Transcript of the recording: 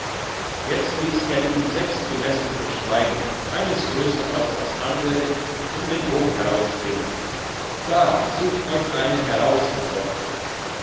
jetzt liess er ihm sechs gemästete schweine eines grösser als das andere in den hof herausspringen da sucht euch eine heraus herr doktor